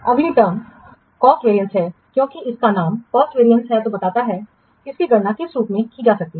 अगला संस्करण cost variance है क्योंकि इसका नाम कॉस्ट वेरियंस बताता है इसकी गणना किस रूप में की जा सकती है